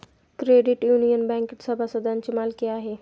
credit union बँकेत सभासदांची मालकी आहे